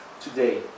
today